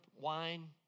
wine